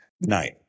night